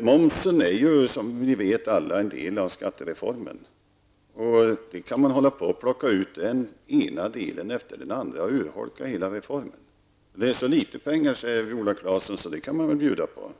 Momshöjningen är ju, som ni alla vet, en del av skattereformen. Där kan man hålla på att plocka ut den ena delen efter den andra och urholka hela reformen. Det är så litet pengar, säger Viola Claesson, att det kan man bjuda på.